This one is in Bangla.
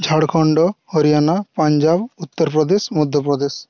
ঝাড়খন্ড হরিয়ানা পাঞ্জাব উত্তরপ্রদেশ মধ্যপ্রদেশ